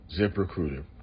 ZipRecruiter